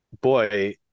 boy